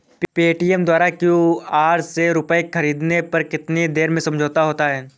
Paytm द्वारा QR से रूपए ख़रीदने पर कितनी देर में समझौता होता है?